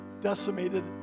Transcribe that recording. decimated